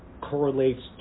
correlates